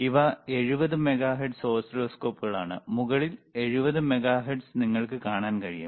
ഇവ 70 മെഗാഹെർട്സ് ഓസിലോസ്കോപ്പാണ് മുകളിൽ 70 മെഗാഹെർട്സ് നിങ്ങൾക്ക് കാണാൻ കഴിയും